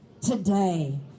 today